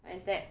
where is that